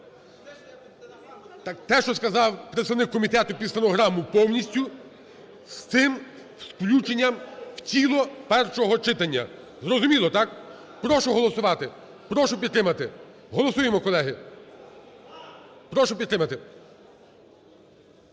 Те, що сказав представник комітету під стенограму повністю з включенням в тіло першого читання. Зрозуміло, так? Прошу голосувати, прошу підтримати. Голосуємо, колеги. Прошу підтримати.